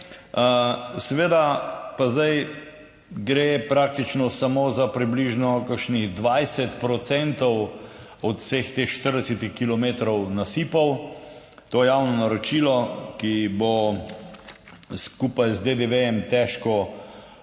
Seveda pa zdaj gre praktično samo za približno kakšnih 20 % od vseh teh 40 kilometrov nasipov. To javno naročilo, ki bo skupaj z DDV težko dobrih